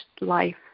life